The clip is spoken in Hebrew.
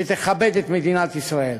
שתכבד את מדינת ישראל.